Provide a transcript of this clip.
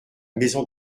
maison